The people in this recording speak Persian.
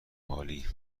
عالی